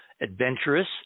adventurous